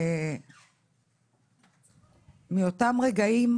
ומאותם רגעים,